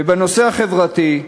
ובנושא החברתי,